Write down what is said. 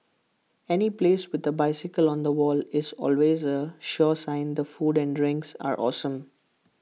any place with A bicycle on the wall is always A sure sign the food and drinks are awesome